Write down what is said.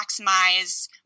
maximize